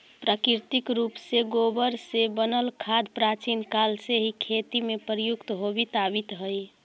प्राकृतिक रूप से गोबर से बनल खाद प्राचीन काल से ही खेती में प्रयुक्त होवित आवित हई